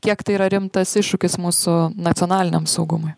kiek tai yra rimtas iššūkis mūsų nacionaliniam saugumui